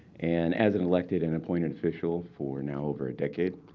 and as an elected and appointed official for now over a decade,